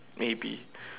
maybe